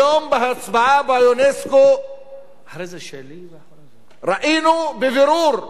היום בהצבעה באונסק"ו ראינו בבירור,